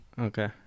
Okay